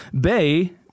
Bay